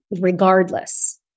regardless